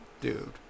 Dude